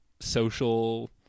social